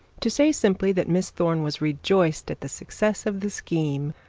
to say simply that miss thorne was rejoiced at the success of the schemed,